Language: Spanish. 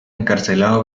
encarcelado